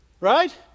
right